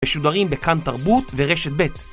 משודרים בכאן תרבות ורשת ב'